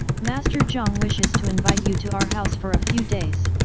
master jiang wishes to invite you to our house for a few days.